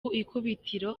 ikubitiro